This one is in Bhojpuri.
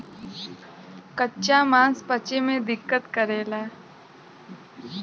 कच्चा मांस पचे में बहुत दिक्कत करेला